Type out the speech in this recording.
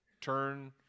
turn